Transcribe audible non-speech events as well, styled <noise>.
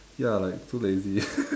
ya like too lazy <laughs>